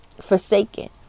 forsaken